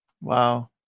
Wow